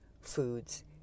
foods